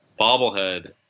bobblehead